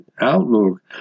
outlook